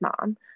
mom